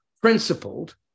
principled